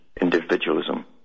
individualism